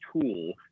tool